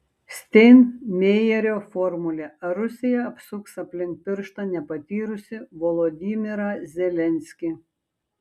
steinmeierio formulė ar rusija apsuks aplink pirštą nepatyrusį volodymyrą zelenskį